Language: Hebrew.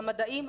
המדעים,